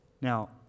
Now